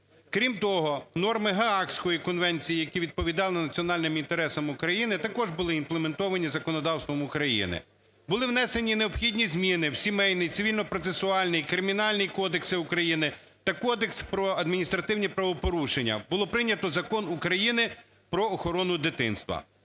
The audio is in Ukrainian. Крім того, норми Гаазької конвенції, які відповідали національним інтересам України, також були імплементовані законодавством України. Були внесені необхідні зміни: в Сімейний, Цивільно-процесуальний, Кримінальний кодекси України та Кодекс про адміністративні правопорушення. Було прийнято Закон України "Про охорону дитинства".